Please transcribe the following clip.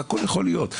הכול יכול להיות.